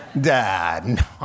dad